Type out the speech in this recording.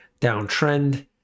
downtrend